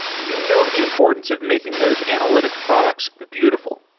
you know the importance of making those analytics products beautiful.